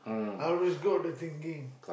I just got the thinking